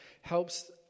helps